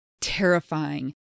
terrifying